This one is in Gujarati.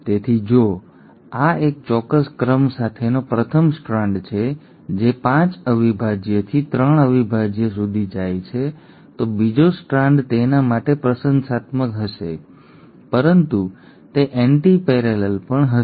તેથી જો આ એક ચોક્કસ ક્રમ સાથેનો પ્રથમ સ્ટ્રાન્ડ છે જે 5 અવિભાજ્યથી 3 અવિભાજ્ય સુધી જાય છે તો બીજો સ્ટ્રાન્ડ તેના માટે પ્રશંસાત્મક હશે પરંતુ તે એન્ટિપેરાલેલ પણ હશે